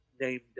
named